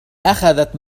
أخذت